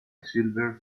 silver